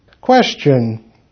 Question